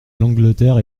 l’angleterre